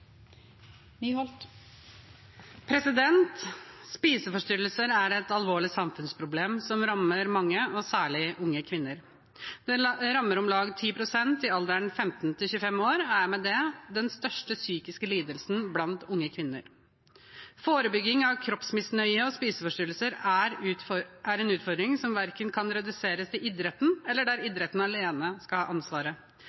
Spiseforstyrrelser er et alvorlig samfunnsproblem som rammer mange og særlig unge kvinner. Det rammer om lag 10 pst i alderen 15–25 år og er med det den største psykiske lidelsen blant unge kvinner. Forebygging av kroppsmisnøye og spiseforstyrrelser er en utfordring som verken kan reduseres til idretten eller